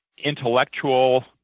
intellectual